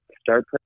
start